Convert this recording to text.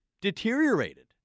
deteriorated